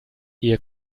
ihr